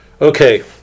Okay